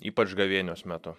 ypač gavėnios metu